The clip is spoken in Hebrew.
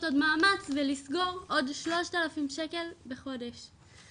עוד מאמץ ולסגור עוד שלושת אלפים שקל בחודש.